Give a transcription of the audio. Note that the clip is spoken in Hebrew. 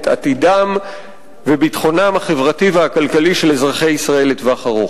את עתידם וביטחונם החברתי והכלכלי של אזרחי ישראל לטווח ארוך.